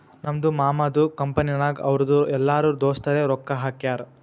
ನಮ್ದು ಮಾಮದು ಕಂಪನಿನಾಗ್ ಅವ್ರದು ಎಲ್ಲರೂ ದೋಸ್ತರೆ ರೊಕ್ಕಾ ಹಾಕ್ಯಾರ್